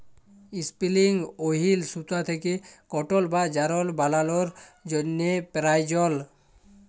ইসপিলিং ওহিল সুতা থ্যাকে কটল বা যারল বালালোর জ্যনহে পেরায়জল